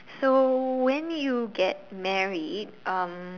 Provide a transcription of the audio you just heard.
so when you get married um